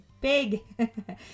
big